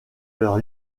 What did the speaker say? leur